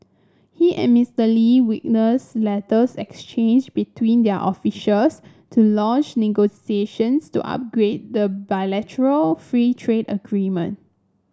he and Mister Lee witnessed letters exchanged between their officials to launch negotiations to upgrade the bilateral free trade agreement